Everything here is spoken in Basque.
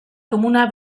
komuna